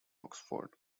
oxford